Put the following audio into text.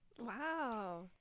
Wow